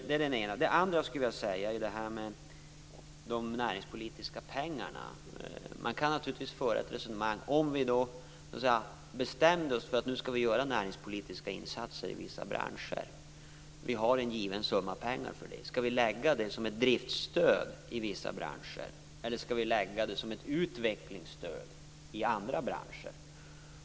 Det andra jag skulle vilja säga gäller de näringspolitiska pengarna. Man kan naturligtvis föra ett resonemang om detta. Om vi bestämmer oss för att göra näringspolitiska insatser i vissa branscher och vi har en given summa pengar för det, skall vi lägga dem som ett driftsstöd i vissa branscher eller skall vi lägga dem som ett utvecklingsstöd i andra branscher?